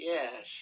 Yes